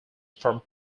from